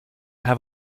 have